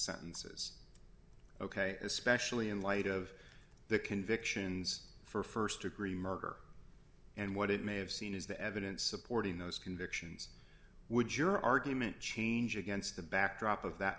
sentences ok especially in light of the convictions for st degree murder and what it may have seen is the evidence supporting those convictions would your argument change against the backdrop of that